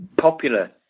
popular